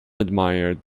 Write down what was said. admired